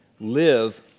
live